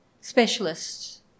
specialists